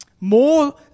More